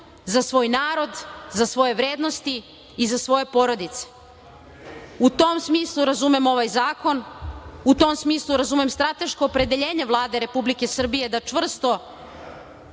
za svoj narod, za svoje vrednosti i za svoje porodice. U tom smislu razumem ovaj zakon. U tom smislu razumem strateško opredeljenje Vlade Republike Srbije da čvrsto